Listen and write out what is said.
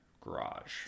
garage